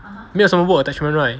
没有什么 work attachment right